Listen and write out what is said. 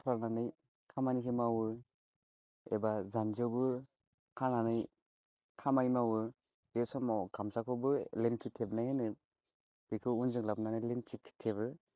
खाफ्रानानै खामानिखौ मावो एबा जान्जियावबो खानानै खामानि मावो बे समाव गामसाखौबो लेंथि थेबनाय होनो बेखौ उनजों लाबोनानै लेंथि थेबो